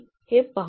हे पाहू